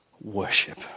Worship